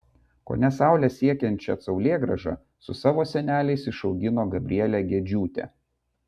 kone saulę siekiančią saulėgrąžą su savo seneliais išaugino gabrielė gedžiūtė